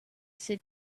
sit